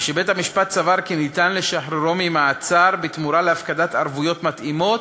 בית-המשפט סבר כי אפשר לשחררו ממעצר בתמורה להפקדת ערבויות מתאימות,